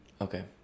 Okay